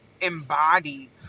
embody